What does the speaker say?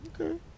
okay